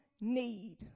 need